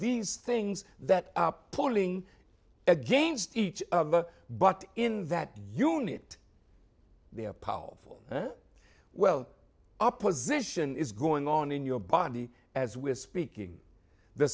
these things that are pulling against each other but in that unit they are powerful well opposition is going on in your body as we're speaking the